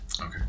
Okay